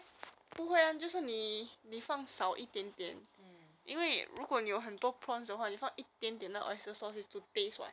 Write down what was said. you mean you wash already you marinate in 花雕酒 and oyster sauce and then you just fry !huh! don't peel ah